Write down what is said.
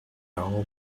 now